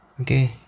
Okay